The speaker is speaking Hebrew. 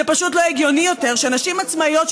זה פשוט לא הגיוני יותר שנשים עצמאיות,